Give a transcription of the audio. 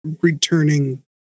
returning